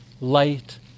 light